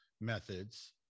methods